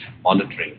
monitoring